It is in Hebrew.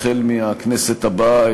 החל מהכנסת הבאה,